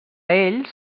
ells